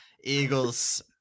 eagles